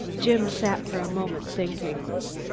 jim sat for a moment thinking.